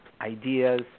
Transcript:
ideas